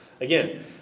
Again